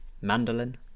mandolin